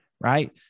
right